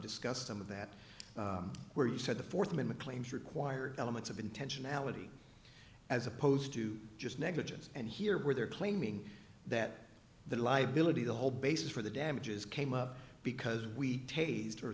discussed some of that where you said the fourth amendment claims require elements of intentionality as opposed to just negligence and here where they're claiming that the liability the whole basis for the damages came up because we tas